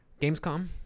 Gamescom